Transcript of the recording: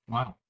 Wow